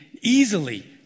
easily